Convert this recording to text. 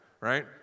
right